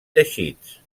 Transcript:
teixits